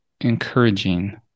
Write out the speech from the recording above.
encouraging